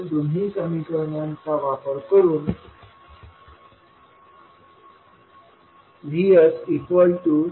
वरील दोन्ही समीकरणांचा वापर करून VS272